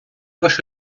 ваш